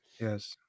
yes